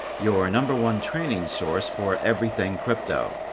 your number one training source for everything crypto.